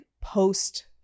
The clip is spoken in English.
post